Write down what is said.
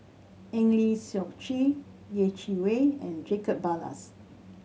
Eng Lee Seok Chee Yeh Chi Wei and Jacob Ballas